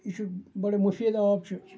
یہِ چھُ بڑٕ مُفیٖد آب چھُ